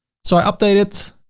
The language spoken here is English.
so i update it.